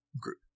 group